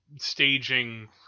staging